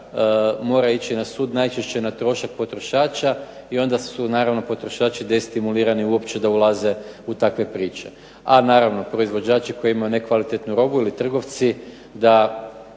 mora ići na sud najčešće na trošak potrošača i onda su naravno potrošači destimulirani uopće da ulaze u takve priče a naravno proizvođači koji imaju nekvalitetnu robu ili trgovci da